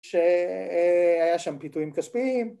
‫שהיה שם פיתויים כספיים.